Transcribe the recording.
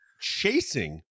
chasing